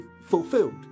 fulfilled